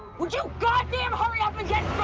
would you goddamn hurry up and get